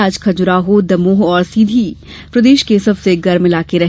आज खजुराहो दमोह और सीधी प्रदेश के सबसे गर्म इलाके रहे